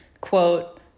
quote